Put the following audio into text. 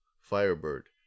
Firebird